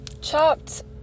Chopped